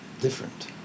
different